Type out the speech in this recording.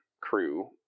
crew